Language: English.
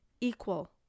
equal